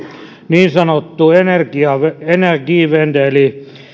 niin sanottu energiewende eli